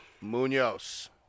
Munoz